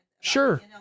Sure